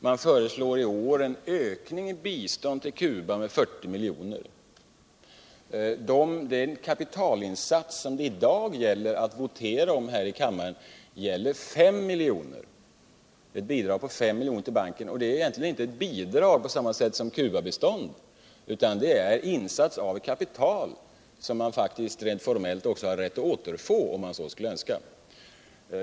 De föreslår i år en ökning av biståndet till Cuba med 40 milj.kr. Den summa som kammaren i dag skall votera om är 5 milj, kr. Och det är egentligen inte ett bidrag på samma sätt som Cubabiståndet utan en insats av ett kapital i banken, som man faktiskt rent formellt också har rätt att återfå, om man skulle önska.